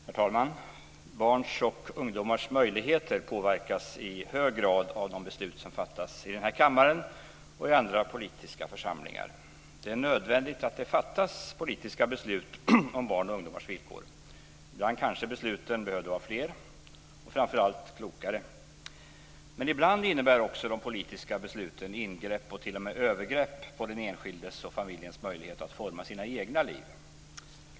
Herr talman! Barns och ungdomars möjligheter påverkas i hög grad av de beslut som fattas i denna kammare och i andra politiska församlingar. Det är nödvändigt att det fattas politiska beslut om barns och ungdomars villkor. Ibland kanske besluten behövde vara fler och framför allt klokare. Men ibland innebär också de politiska besluten ingrepp - och t.o.m. övergrepp - på den enskildes och familjens möjligheter att forma sina egna liv.